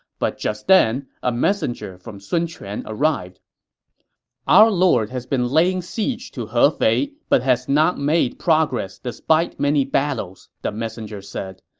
but just then, a messenger from sun quan arrived our lord has been laying siege to hefei but has not made progress despite many battles, the messenger said.